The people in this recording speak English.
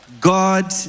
God